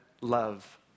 love